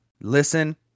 Listen